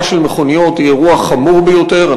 של מכוניות היא אירוע חמור ביותר.